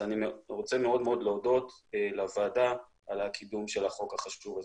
אני רוצה מאוד מאוד להודות לוועדה על קידום החוק החשוב הזה.